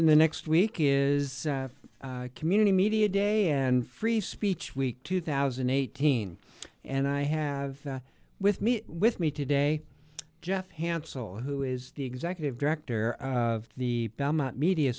in the next week is community media day and free speech week two thousand and eighteen and i have with me with me today jeff hansel who is the executive director of the media